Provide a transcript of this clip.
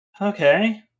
okay